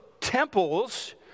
temples